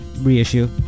reissue